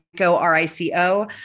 r-i-c-o